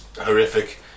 horrific